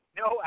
no